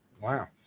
Wow